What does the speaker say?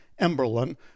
Emberlin